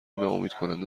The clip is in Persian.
ناامیدکننده